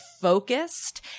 focused